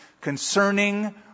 Concerning